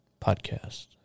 podcast